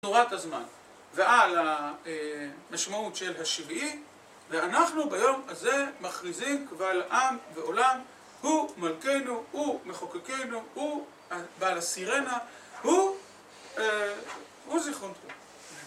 תורת הזמן. ועל המשמעות של השביעי, ואנחנו ביום הזה מכריזים קבל עם ועולם: הוא מלכנו, הוא מחוקקנו, הוא בעל הסירנה, הוא זיכרונות